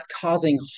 causing